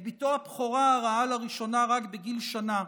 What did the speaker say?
את בתו הבכורה ראה לראשונה רק בגיל שנה,